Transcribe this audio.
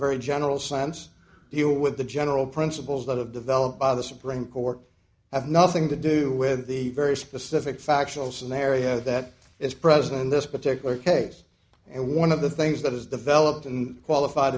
very general sense here with the general principles that have developed by the supreme court have nothing to do with the very specific factual scenario that is present this particular case and one of the things that has developed and qualified